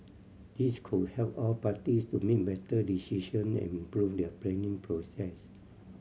this could help all parties to make better decision and improve their planning processes